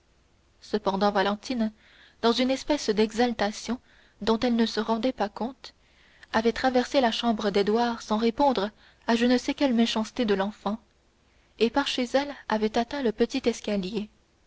cependant valentine dans une espèce d'exaltation dont elle ne se rendait pas compte avait traversé la chambre d'édouard sans répondre à je ne sais quelle méchanceté de l'enfant et par chez elle avait atteint le petit escalier